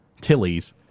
Tilly's